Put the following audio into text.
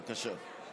בבקשה.